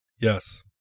Yes